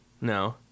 No